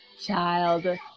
child